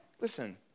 listen